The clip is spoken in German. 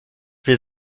wir